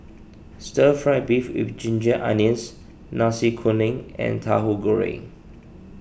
Stir Fry Beef with Ginger Onions Nasi Kuning and Tahu Goreng